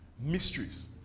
Mysteries